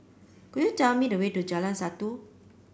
could you tell me the way to Jalan Satu